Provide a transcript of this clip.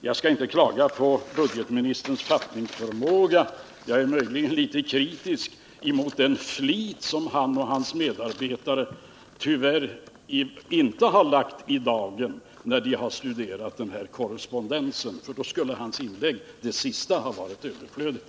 Jag skall inte klaga på budgetministerns fattningsförmåga, men jag är möjligen litet kritisk mot den brist på flit som han och hans medarbetare tyvärr har lagt i dagen när de har studerat den här korrespondensen — för annars skulle de ha insett att det senaste av hans inlägg var överflödigt.